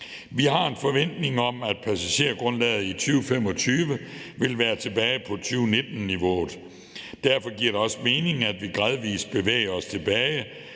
Vi har en forventning om, at passagergrundlaget i 2025 vil være tilbage på 2019-niveauet. Derfor giver det også mening, at vi gradvis bevæger os tilbage